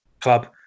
club